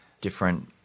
Different